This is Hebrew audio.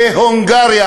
בהונגריה,